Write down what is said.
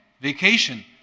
vacation